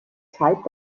zeit